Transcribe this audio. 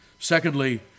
Secondly